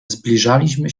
zbliżaliśmy